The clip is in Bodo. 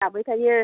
जाबाय थायो